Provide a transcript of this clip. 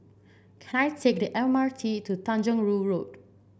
can I take the M R T to Tanjong Rhu Road